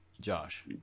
Josh